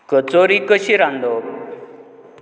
कचोरी कशी रांदप